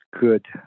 good